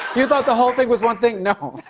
you thought the whole thing was one thing? no.